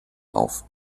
auf